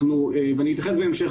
בהמשך אני אתייחס.